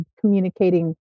communicating